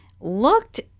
looked